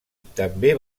també